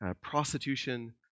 prostitution